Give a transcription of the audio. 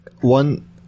one